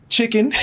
chicken